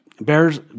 bears